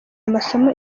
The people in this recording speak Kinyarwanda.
amasomo